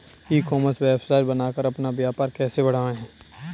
ई commerce website बनाकर अपना व्यापार कैसे बढ़ाएँ?